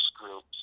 group's